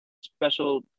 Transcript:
special